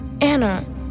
Anna